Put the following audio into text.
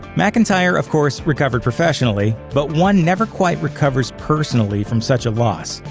mcentire, of course, recovered professionally, but one never quite recovers personally from such a loss.